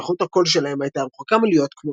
אף שאיכות הקול שלהם הייתה רחוקה מלהיות כמו-אנושית.